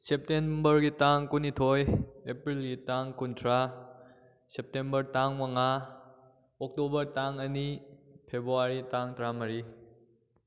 ꯁꯦꯞꯇꯦꯝꯕꯔꯒꯤ ꯇꯥꯡ ꯀꯨꯟꯅꯤꯊꯣꯏ ꯑꯦꯄ꯭ꯔꯤꯜꯒꯤ ꯇꯥꯡ ꯀꯨꯟꯊ꯭ꯔꯥ ꯁꯦꯞꯇꯦꯝꯕꯔ ꯇꯥꯡ ꯃꯉꯥ ꯑꯣꯛꯇꯣꯕꯔ ꯇꯥꯡ ꯑꯅꯤ ꯐꯦꯕꯋꯥꯔꯤ ꯇꯥꯡ ꯇꯔꯥ ꯃꯔꯤ